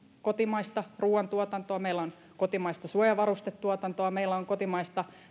kotimaista ruuantuotantoa meillä on kotimaista suojavarustetuotantoa meillä on kotimaista